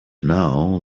now